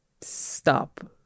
stop